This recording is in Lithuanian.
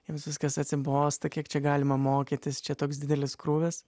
jiems viskas atsibosta kiek čia galima mokytis čia toks didelis krūvis